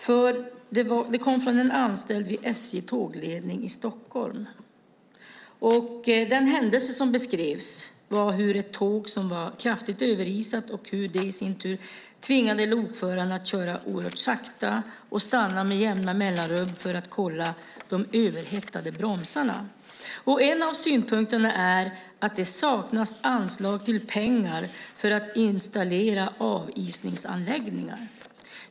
Mejlet kom från en anställd vid SJ:s tågledning i Stockholm. Den händelse som beskrivs var hur ett tåg som var kraftigt överisat tvingade lokföraren att köra oerhört sakta och stanna med jämna mellanrum för att kolla de överhettade bromsarna. En av synpunkterna är att det saknas pengar för att installera avisningsanläggningar.